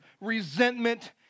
resentment